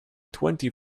twenty